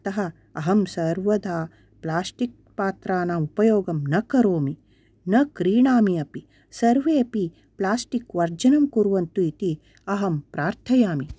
अतः अहं सर्वदा प्लास्टिक् पात्राणाम् उपयोगं न करोमि न क्रीणामि अपि सर्वे अपि प्लास्टिक् वर्जनं कुर्वन्तु इति अहं प्रार्थयामि